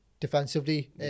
Defensively